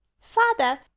Father